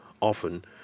often